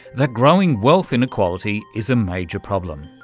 that growing wealth inequality is a major problem.